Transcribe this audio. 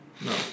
No